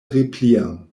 replient